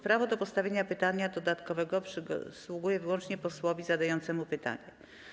Prawo do postawienia pytania dodatkowego przysługuje wyłącznie posłowi zadającemu pytanie.